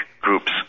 groups